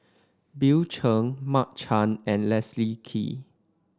Bill Chen Mark Chan and Leslie Kee